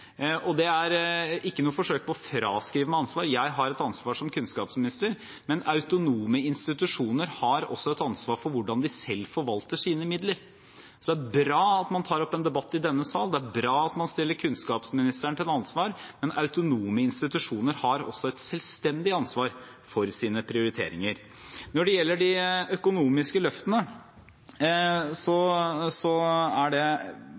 mulig. Det er ikke noe forsøk på å fraskrive meg ansvar. Jeg har et ansvar som kunnskapsminister, men autonome institusjoner har også et ansvar for hvordan de selv forvalter sine midler. Så det er bra at man tar opp en debatt i denne sal. Det er bra at man stiller kunnskapsministeren til ansvar, men autonome institusjoner har også et selvstendig ansvar for sine prioriteringer. Når det gjelder de økonomiske løftene, er det